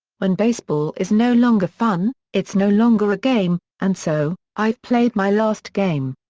when baseball is no longer fun, it's no longer a game, and so, i've played my last game.